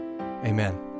amen